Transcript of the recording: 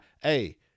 Hey